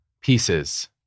pieces